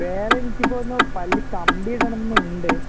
വേറെ എനിക്ക് തോന്നുന്നു പല്ല് കമ്പിയിടണമെന്നുണ്ട്